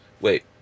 Wait